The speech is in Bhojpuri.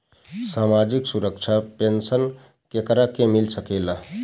सामाजिक सुरक्षा पेंसन केकरा के मिल सकेला?